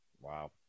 Wow